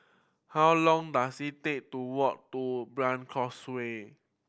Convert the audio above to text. how long dose it take to walk to Brani Causeway